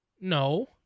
No